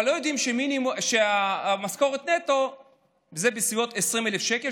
אבל לא יודעים שהמשכורת נטו זה בסביבות 20,000 שקל,